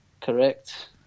Correct